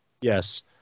Yes